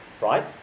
Right